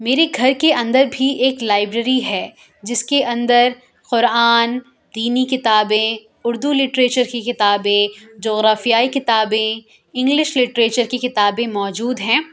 میرے گھر کے اندر بھی ایک لائبریری ہے جس کے اندر قرآن دینی کتابیں اردو لٹریچر کی کتابیں جغرافیائی کتابیں انگلش لٹریچر کی کتابیں موجود ہیں